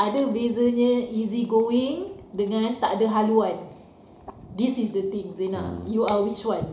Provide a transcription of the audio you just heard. ada bezanya easy-going dan tak ada haluan this is the thing zina you are which one